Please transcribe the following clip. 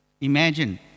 Imagine